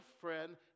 friend